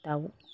दाउ